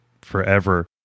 forever